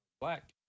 Black